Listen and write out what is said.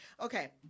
Okay